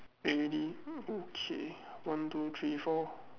okay one two three four